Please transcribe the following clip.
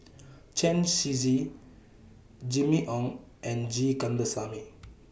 Chen Shiji Jimmy Ong and G Kandasamy